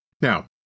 Now